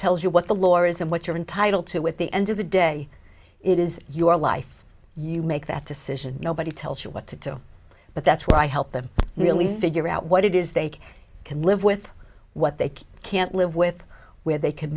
tells you what the law is and what you're entitled to with the end of the day it is your life you make that decision nobody tells you what to do but that's where i help them really figure out what it is they can live with what they can't live with where they could